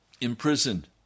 imprisoned